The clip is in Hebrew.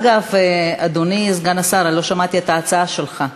אגב, אדוני סגן השר, לא שמעתי את ההצעה שלך.